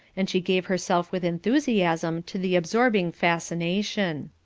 and she gave herself with enthusiasm to the absorbing fascination.